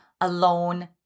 alone